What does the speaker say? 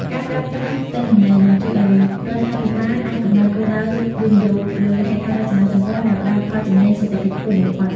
ការប្រើប្រាស់ទិន្នន័យ នឹងជួយឱ្យរដ្ឋាភិបាលអាចកំណត់គោលដៅវិនិយោគលើហេដ្ឋារចនាសម្ព័ន្ធដែលផ្ដល់ផលចំណេញសេដ្ឋកិច្ចខ្ពស់បំផុត។